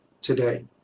today